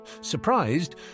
Surprised